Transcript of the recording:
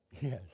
yes